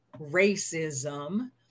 racism